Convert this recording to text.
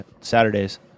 Saturdays